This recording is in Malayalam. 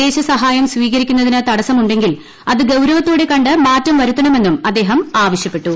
വിദേശസഹായം സ്വീകരിക്കുന്നതിനു തടസം ഉണ്ടെങ്കിൽ അതു ഗൌരവത്തോടെ കണ്ട് മാറ്റം വരുത്തണമെന്നും അദ്ദേഹം ആവശ്യപ്പെട്ടു